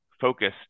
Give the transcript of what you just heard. focused